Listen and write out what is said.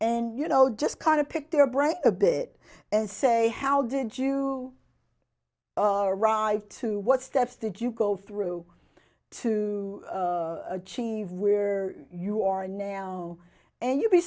and you know just kind of pick their brain a bit and say how did you arrived to what steps that you go through to achieve where you are now and you'd be